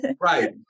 Right